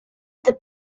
the